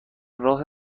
راه